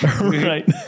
right